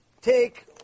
Take